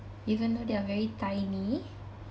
even though they are very tiny